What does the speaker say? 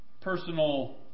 personal